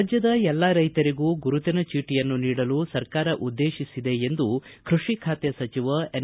ರಾಜ್ಯದ ಎಲ್ಲಾ ರೈತರಿಗೂ ಗುರುತಿನ ಚೀಟಿಯನ್ನು ನೀಡಲು ಸರ್ಕಾರ ಉದ್ನೇತಿಸಿದೆ ಎಂದು ಕೃಷಿ ಖಾತೆ ಸಚಿವ ಎನ್